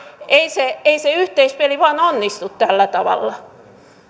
ei se ei se yhteispeli vain onnistu tällä tavalla